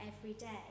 everyday